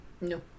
No